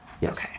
Yes